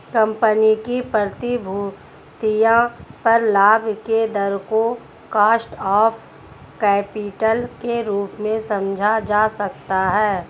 company की प्रतिभूतियों पर लाभ के दर को कॉस्ट ऑफ कैपिटल के रूप में समझा जा सकता है